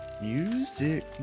music